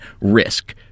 risk